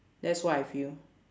that's what I feel